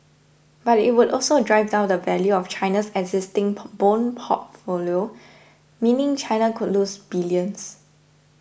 but it would also drive down the value of China's existing bond portfolio meaning China could lose billions